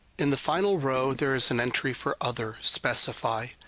in the final row, there is an entry for other, specify.